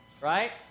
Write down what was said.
Right